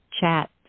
chat